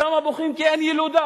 שם בוכים כי אין ילודה,